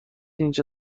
اینجا